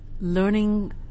learning